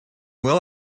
will